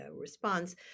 response